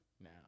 Now